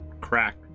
crack